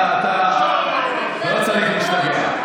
אתה לא צריך להשתגע.